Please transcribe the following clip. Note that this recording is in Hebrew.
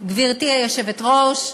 גברתי היושבת-ראש,